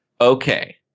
okay